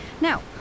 Now